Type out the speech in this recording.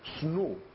snow